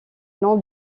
nom